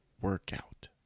workout